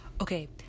Okay